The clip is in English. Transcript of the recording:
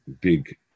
big